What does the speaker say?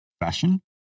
fashion